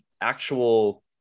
actual